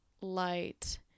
light